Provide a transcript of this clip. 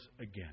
again